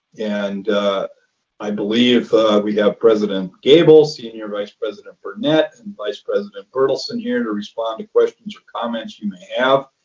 and i believe we have president gabel, senior vice president burnett and vice president berthelsen here to respond to questions or comments you may have.